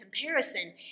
comparison